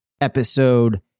episode